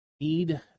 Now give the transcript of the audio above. need